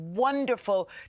Wonderful